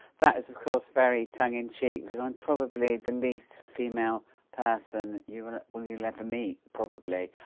that is, of course, very tongue-in-cheek because i'm probably the least female person you will will ever meet, probably,